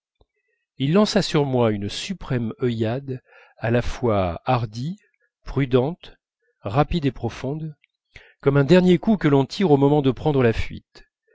il lança sur moi une suprême œillade à la fois hardie prudente rapide et profonde comme un dernier coup que l'on tire au moment de prendre la fuite